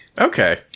Okay